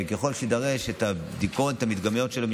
וככל שיידרשו הבדיקות המדגמיות שלהם,